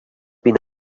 been